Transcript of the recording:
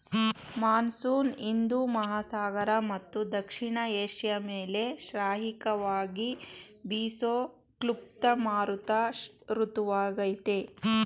monsoon ಹಿಂದೂ ಮಹಾಸಾಗರ ಮತ್ತು ದಕ್ಷಿಣ ಏಷ್ಯ ಮೇಲೆ ಶ್ರಾಯಿಕವಾಗಿ ಬೀಸೋ ಕ್ಲುಪ್ತ ಮಾರುತ ಋತುವಾಗಯ್ತೆ